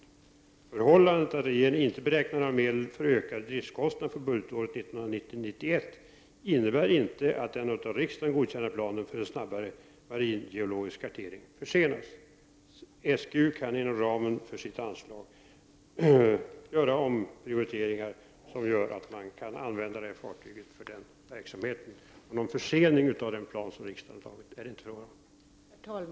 Det förhållandet att regeringen inte beräknar några medel för ökade driftskostnader för budgetåret 1990/91 innebär inte att den av riksdagen godkända planen för en snabbare maringeologisk kartering försenas. SGU kan inom ramen för sitt anslag göra omprioriteringar som medför att man kan använda det här fartyget för denna verksamhet. Någon försening av den plan som riksdagen har antagit är det inte fråga om.